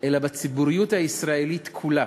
אלא בציבוריות הישראלית כולה.